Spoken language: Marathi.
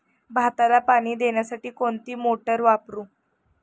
भाताला पाणी देण्यासाठी कोणती मोटार वापरू?